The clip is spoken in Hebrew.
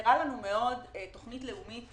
חסרה לנו מאוד תוכנית לאומית